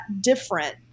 different